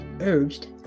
urged